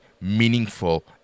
meaningful